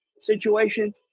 situation